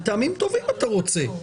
מטעמים טובים אתה רוצה?